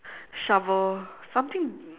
shovel something